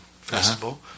Festival